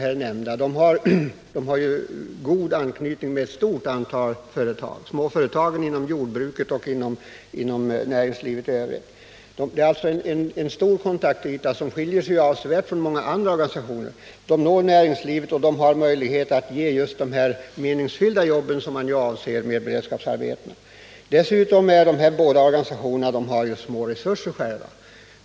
De nämnda organisationerna har ju god anknytning till ett stort antal företag —- småföretagen inom jordbruket och inom näringslivet i övrigt. I motsats till vad som gäller många andra organisationer finns det här en stor kontaktyta med möjlighet till nya jobb. SHIO och LRF når näringslivet och kan ge de meningsfulla arbeten som beredskapsarbetena skall vara. De här två organisationerna har små resurser.